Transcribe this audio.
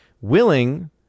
Willing